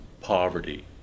poverty